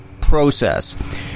process